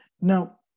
Now